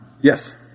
Yes